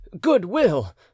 Goodwill